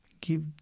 Give